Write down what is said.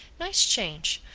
nice change.